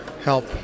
help